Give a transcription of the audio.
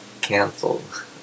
canceled